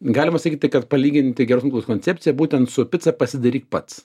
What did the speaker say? galima sakyti kad palyginti geros myklos koncepcija būtent su pica pasidaryk pats